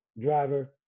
driver